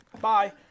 Bye